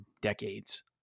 decades